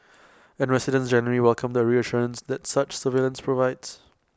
and residents generally welcome the reassurance that such surveillance provides